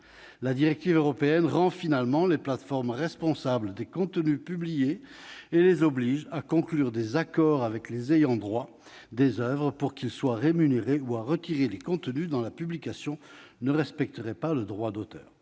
La directive européenne rend finalement les plateformes responsables des contenus publiés et les oblige à conclure des accords avec les ayants droit des oeuvres pour qu'ils soient rémunérés ou à retirer les contenus dont la publication ne respecterait pas le droit d'auteur.